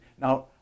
Now